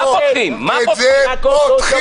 את זה פותחים.